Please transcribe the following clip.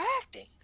acting